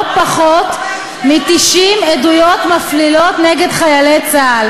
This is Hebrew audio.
פחות מ-90 עדויות מפלילות נגד חיילי צה"ל.